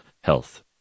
health